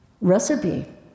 recipe